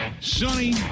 sunny